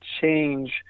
change